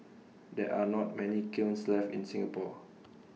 there are not many kilns left in Singapore